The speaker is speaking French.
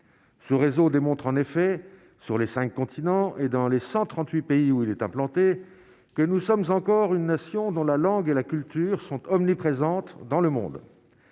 ce réseau démontre en effet sur les 5 continents et dans les 138 pays où il est implanté que nous sommes encore une nation dont la langue et la culture sont omniprésentes dans le monde,